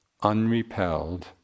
unrepelled